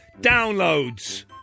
downloads